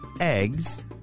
eggs